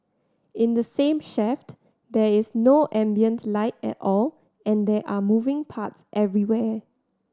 in the same shaft there is no ambient light at all and there are moving parts everywhere